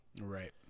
Right